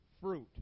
fruit